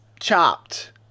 Chopped